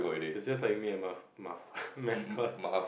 it's just like me in math math class